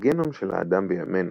בגנום של האדם בימינו,